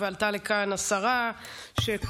עלתה לכאן השרה שבאמת,